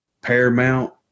paramount